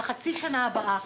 לחצי שנה הבאה,